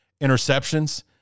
interceptions